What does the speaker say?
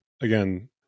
again